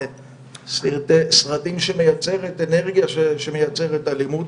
סרטים שמייצרת אנרגיה שמייצרת אלימות.